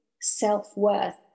self-worth